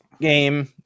game